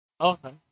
Okay